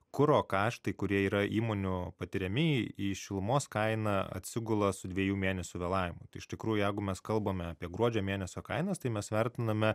kuro kaštai kurie yra įmonių patiriami į šilumos kainą atsigula su dviejų mėnesių vėlavimu tai iš tikrųjų jeigu mes kalbame apie gruodžio mėnesio kainas tai mes vertiname